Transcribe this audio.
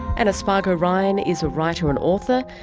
and spargo-ryan is a writer and author,